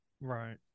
Right